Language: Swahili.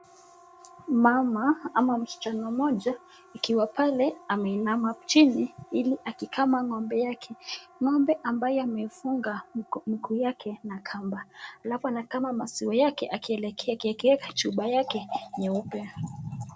Mama ama msichana mmoja akiwa pale ameinama chini ili akikama ng'ombe yake, ng'ombe ambaye amefunga miguu na kamba. Alafu anakama maziwa yake akieka chupa yake nyeupe.